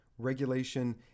regulation